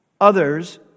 Others